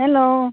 hello